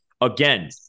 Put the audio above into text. Again